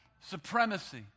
supremacy